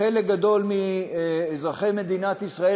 חלק גדול מאזרחי מדינת ישראל,